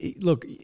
Look